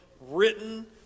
written